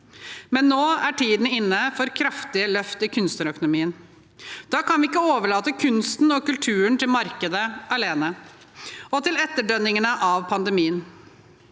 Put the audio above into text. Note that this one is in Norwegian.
men nå er tiden inne for kraftige løft i kunstnerøkonomien. Da kan vi ikke overlate kunsten og kulturen til markedet alene og til etterdønningene av pandemien.